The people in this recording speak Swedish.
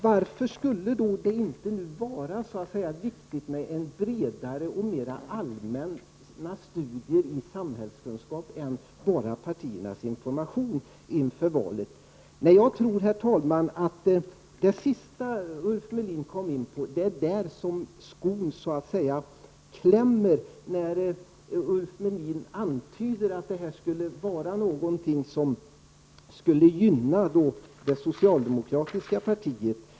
Varför skulle det inte vara viktigt att anordna bredare och mera allmänna studier i samhällskunskap inför valet, och inte bara lita till partiernas information? Herr talman! Jag tror att skon klämmer så att säga när det gäller den fråga som Ulf Melin kom in på i slutet av sitt anförande. Ulf Melin antyder att denna ökade kunskap skulle var någonting som skulle gynna det socialdemokratiska partiet.